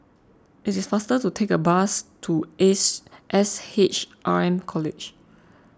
it is faster to take a bus to Ace S H R M College